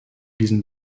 diesen